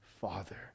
father